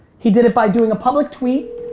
he did it buy doing a public tweet.